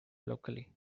locally